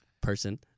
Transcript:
person